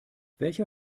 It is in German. welcher